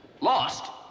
Lost